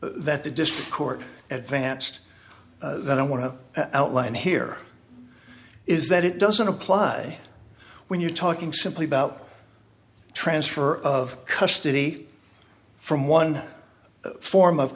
that the district court advanced that i want to outline here is that it doesn't apply when you're talking simply about transfer of custody from one form of